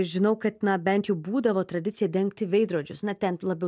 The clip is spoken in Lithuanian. žinau kad na bent jau būdavo tradicija dengti veidrodžius na ten labiau